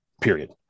period